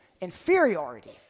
inferiority